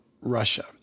Russia